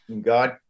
God